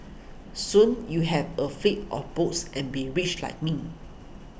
soon you have a fleet of boats and be rich like me